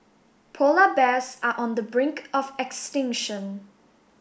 polar bears are on the brink of extinction